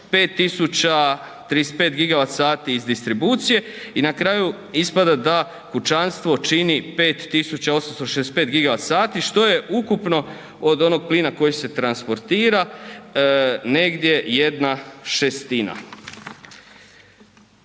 5.035 GWh iz distribucije i na kraju ispada da pučanstvo čini 5.865 GWh što je ukupno od onog plina koji se transportira negdje 1/6. Prosječna